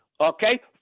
Okay